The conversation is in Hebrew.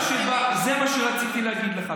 זה מה שרציתי לומר לך.